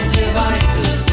devices